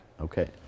Okay